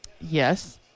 Yes